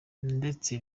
ndetse